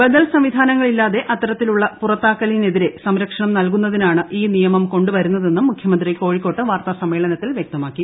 ബദൽ സംവിധാന ങ്ങളില്ലാതെ അത്തരത്തിലുള്ള പുറത്താക്കലിനെതിരെ സംര ക്ഷണം നൽകുന്നതിനാണ് ഈ നിയമം കൊണ്ടുവരുന്നതെന്നും മുഖ്യമന്ത്രി കോഴിക്കോട്ട് വാർത്താസമ്മേളനത്തിൽ വ്യക്തമാക്കി